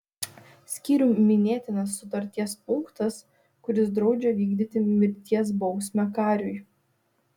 skyrium minėtinas sutarties punktas kuris draudžia vykdyti mirties bausmę kariui